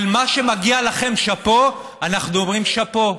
על מה שמגיע לכם שאפו אנחנו אומרים שאפו.